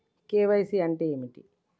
KYC అంటే ఏమిటి?